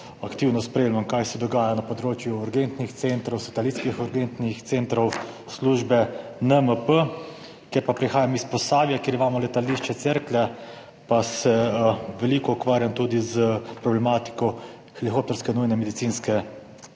aktivno spremljam, kaj se dogaja na področju urgentnih centrov, satelitskih urgentnih centrov, službe NMP, ker pa prihajam iz Posavja, kjer imamo letališče Cerklje ob Krki, pa se veliko ukvarjam tudi s problematiko helikopterske nujne medicinske